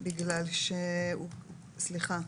סליחה,